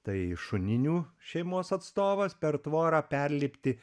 tai šuninių šeimos atstovas per tvorą perlipti